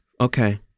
Okay